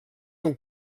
amb